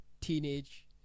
teenage